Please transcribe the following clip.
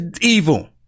Evil